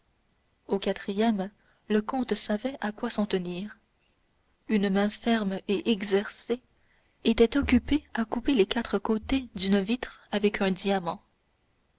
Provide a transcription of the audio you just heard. au quatrième le comte savait à quoi s'en tenir une main ferme et exercée était occupée à couper les quatre côtés d'une vitre avec un diamant